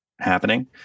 happening